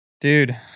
Dude